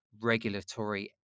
Regulatory